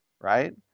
right